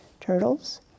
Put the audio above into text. turtles